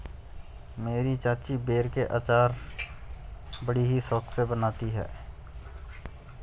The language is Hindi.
मेरी चाची बेर के अचार बड़ी ही शौक से बनाती है